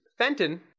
Fenton